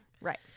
Right